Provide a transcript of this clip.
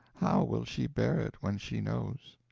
will she bear it when she knows?